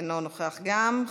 אינו נוכח גם,